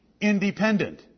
independent